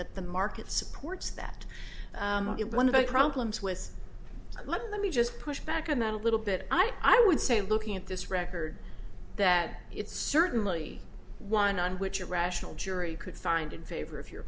that the market supports that it one of the problems with let me just push back on that a little bit i would say looking at this record that it's certainly one on which a rational jury could find in favor of your